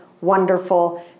wonderful